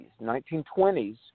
1920s